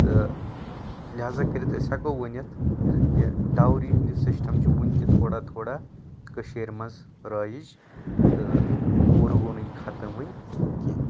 تہٕ لِہازا کٔرِتھ أسۍ ہؠکو ؤنِتھ یہِ ڈاوری ہُنٛد یہِ سِسٹم چھِ وُنہِ تہِ تھوڑا تھوڑا کٔشیٖرِ منٛز رٲیِج تہٕ پوٗرٕ گوٚو نہٕ یہِ ختم ؤنۍ کینٛہہ